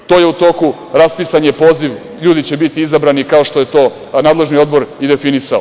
To je u toku, raspisan je poziv, ljudi će biti izabrani, kao što je to nadležni odbor i definisao.